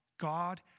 God